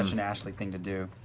an ashley thing to do.